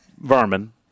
vermin